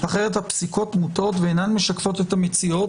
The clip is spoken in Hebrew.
אחרת הפסיקות פשוט מוטות ואינן משקפות את המציאות